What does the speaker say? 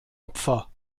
opfer